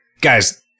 Guys